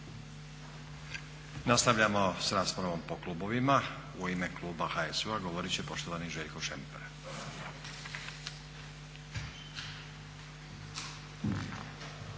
Nastavljamo sa raspravom po klubovima. U ime klub HSU-a govorit će poštovani Željko Šemper.